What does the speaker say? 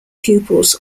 pupils